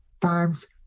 times